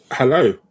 Hello